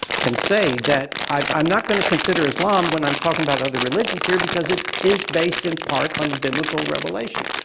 can say that, i'm not gonna consider islam when i'm talking about other religions here because it is based in part on biblical revelation,